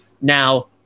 now